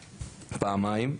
פעמיים,